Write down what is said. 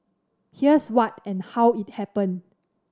here's what and how it happened